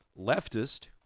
leftist